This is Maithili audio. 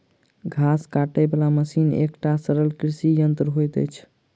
घास काटय बला मशीन एकटा सरल कृषि यंत्र होइत अछि